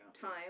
time